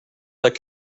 that